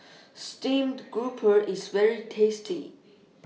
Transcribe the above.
Steamed Grouper IS very tasty